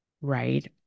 right